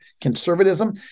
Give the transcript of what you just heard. conservatism